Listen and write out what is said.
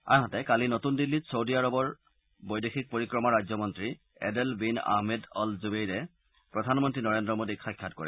আনহাতে কালি নতুন দিল্লীত চৌদী আৰৱৰ বৈদেশিক পৰিক্ৰমা ৰাজ্যমন্ত্ৰী এডেল বীন আহমেদ অল জুবেইৰে প্ৰধানমন্ত্ৰী নৰেন্দ্ৰ মোডীক সাক্ষাৎ কৰে